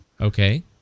Okay